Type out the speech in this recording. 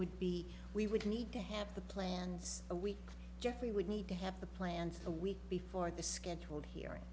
would be we would need to have the plans a week jeffrey would need to have the plans the week before the scheduled he